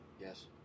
Yes